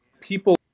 people